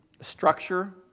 structure